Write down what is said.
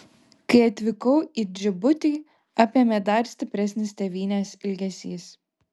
kai atvykau į džibutį apėmė dar stipresnis tėvynės ilgesys